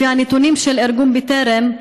לפי הנתונים של ארגון בטרם,